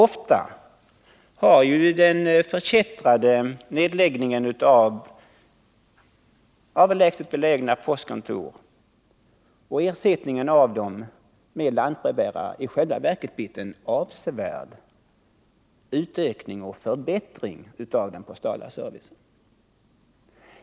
Ofta har den förkättrade nedläggningen av avlägset belägna postkontor och ersättningen av dem med lantbrevbärare i själva verket blivit en avsevärd utökning och förbättring av den postala servicen.